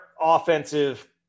offensive